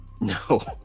No